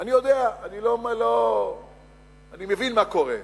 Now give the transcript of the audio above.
אני יודע, אני מבין מה קורה.